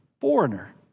foreigner